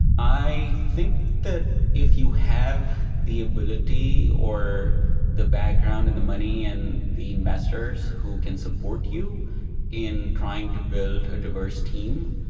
i think that if you have the ability or the background and the money and the investors who can support you in trying to build a diverse team,